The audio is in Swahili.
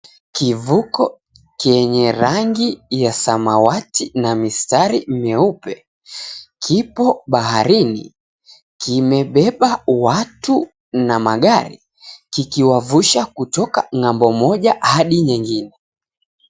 Kivuko kyenye rangi ya samawati na mistari mieupe kipo baharini. Kimebeba watu na magari kikiwavusha kutoka ng'ambo moja hadi nyingine.